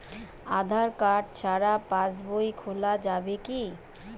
আধার card ছাড়া পাশবই খোলা যাবে কি?